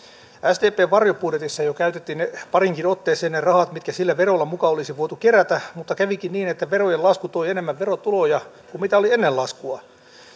sdpn varjobudjetissa jo käytettiin pariinkin otteeseen ne rahat mitkä sillä verolla muka olisi voitu kerätä mutta kävikin niin että verojen lasku toi enemmän verotuloja kuin mitä oli ennen laskua